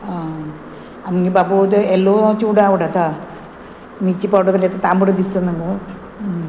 आं आमगे बाबू ओदय एल्लो चिवडा आवडाता मिरची पावडर बी तांबडो दिसता न्हू गो